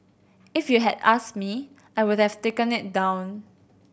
if you had asked me I would have taken it down